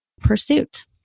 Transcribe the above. pursuit